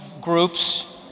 groups